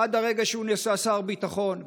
עד הרגע שהוא נעשה שר ביטחון.